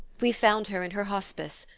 we found her in her hospice,